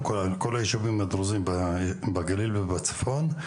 כל הישובים הדרוזים בגליל ובצפון.